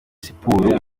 siporo